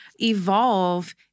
evolve